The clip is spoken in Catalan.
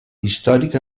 històric